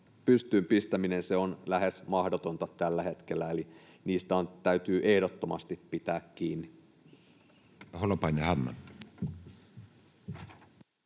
pystyyn pistäminen on lähes mahdotonta tällä hetkellä, eli niistä täytyy ehdottomasti pitää kiinni.